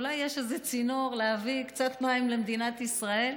אולי יש איזה צינור להביא קצת מים למדינת ישראל?